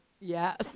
yes